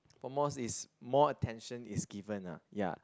almost is more attention is given ah ya